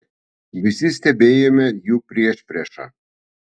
visi stebėjome jų priešpriešą